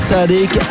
Sadik